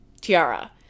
tiara